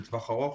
לטווח הארוך,